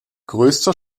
größter